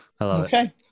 Okay